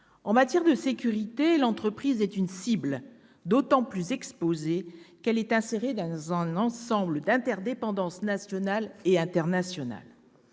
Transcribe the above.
En matière de sécurité, l'entreprise est une cible d'autant plus exposée qu'elle est insérée dans un ensemble d'interdépendances nationales et internationales.